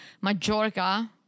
Majorca